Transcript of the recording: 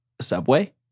Subway